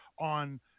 on